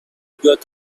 got